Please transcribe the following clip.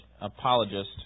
apologist